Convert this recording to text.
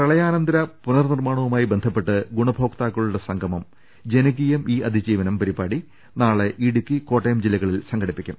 പ്രളയാനന്തര പുനർനിർമ്മാണവുമായി ബന്ധപ്പെട്ട് ഗുണഭോ ക്താക്കളുടെ സംഗമം ജനകീയം ഈ അതിജീവനം പരിപാടി നാളെ ഇടുക്കി കോട്ടയം ജില്ലകളിൽ സംഘടിപ്പിക്കും